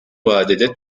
vadede